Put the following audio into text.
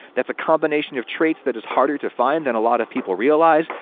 that's a combination of traits that is harder to find than a lot of people realize.